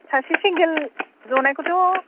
सासे सिंगोल जनायखौथ'